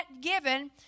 given